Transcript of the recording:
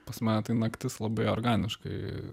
pas mane tai naktis labai organiškai